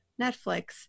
Netflix